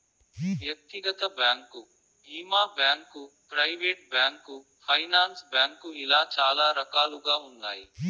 వ్యక్తిగత బ్యాంకు భీమా bank, private bank, finance bank ఇలా చాలా రకాలుగా ఉన్నాయి